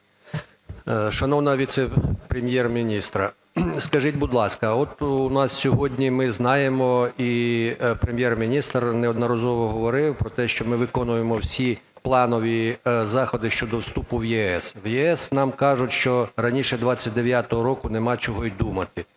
Шановна Віце-прем'єр-міністре, скажіть, будь ласка, от у нас сьогодні, ми знаємо, і Прем'єр-міністр неодноразово говорив, про те, що ми виконуємо всі планові заходи щодо вступу в ЄС. В ЄС нам кажуть, що раніше 2029 року нема чого й думати.